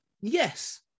Yes